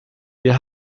wir